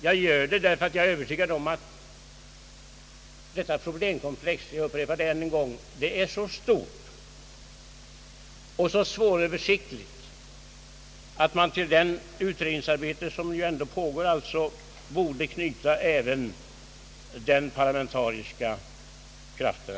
Jag gör det därför att jag är övertygad om att detta problem — jag upprepar det än en gång är så stort och svåröversiktligt att man till det utredningsarbete som ändå pågår borde knyta även parlamentariska krafter.